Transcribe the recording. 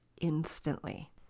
instantly